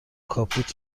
کاپوت